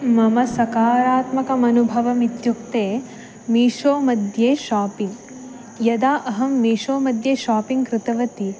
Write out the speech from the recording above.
मम सकारात्मकमनुभवमित्युक्ते मीशो मध्ये शापिङ्ग् यदा अहं मीशो मध्ये शापिङ्ग् कृतवती